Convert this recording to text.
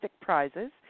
prizes